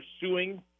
suing